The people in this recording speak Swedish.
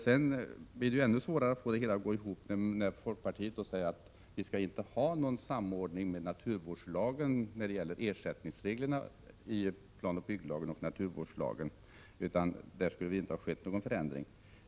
Det blir ännu svårare att få det hela att gå ihop när fokpartiet säger att vi inte skall ha någon samordning mellan ersättningsreglerna i planoch bygglagen och naturvårdslagen. Där skulle det inte ha skett någon förändring.